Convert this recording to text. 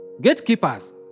gatekeepers